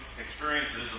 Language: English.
experiences